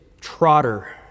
Trotter